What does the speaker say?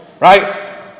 Right